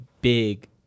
big